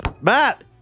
Matt